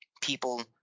people